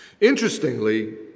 Interestingly